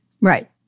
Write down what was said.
Right